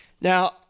Now